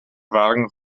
wagen